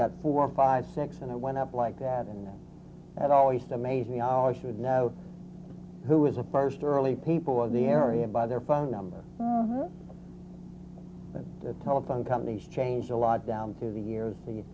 got four five six and i went up like that and that always amazed me all i should know who was a parson early people of the area by their phone number other than the telephone companies changed a lot down through the years the